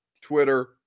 Twitter